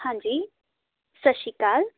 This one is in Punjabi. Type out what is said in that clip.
ਹਾਂਜੀ ਸਤਿ ਸ਼੍ਰੀ ਅਕਾਲ